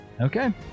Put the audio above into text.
Okay